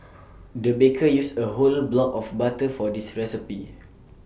the baker used A whole block of butter for this recipe